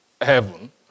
heaven